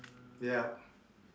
yeah